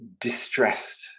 distressed